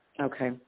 Okay